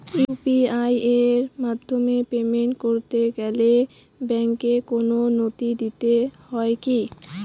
UPI এর মাধ্যমে payment করতে গেলে ব্যাংকের কোন নথি দিতে হয় কি?